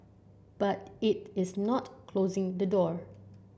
but it is not closing the door